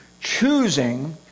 Choosing